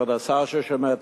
כבוד השר ששומע אותי,